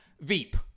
Veep